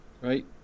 right